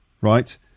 right